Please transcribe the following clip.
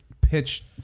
pitch